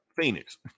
Phoenix